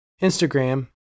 Instagram